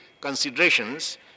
considerations